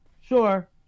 Sure